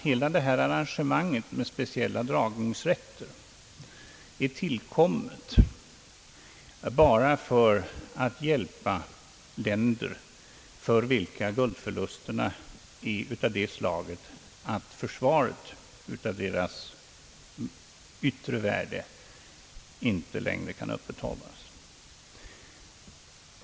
Hela detta arrangemang med speciella dragningsrätter är dock tillkommet bara för att hjälpa länder för vilka guldförlusterna är av det slaget att försvaret av deras valutors yttre värde inte längre säkert kan upprätthållas.